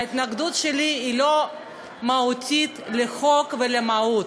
ההתנגדות שלי היא לא מהותית לחוק ולמהות.